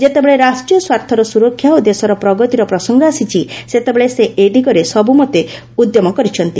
ଯେତେବେଳେ ରାଷ୍ଟ୍ରୀୟ ସ୍ୱାର୍ଥର ସୁରକ୍ଷା ଓ ଦେଶର ପ୍ରଗତିର ପ୍ରସଙ୍ଗ ଆସିଛି ସେତେବେଳେ ସେ ଏ ଦିଗରେ ସବୁମନ୍ତେ ଉଦ୍ୟମ କରିଛନ୍ତି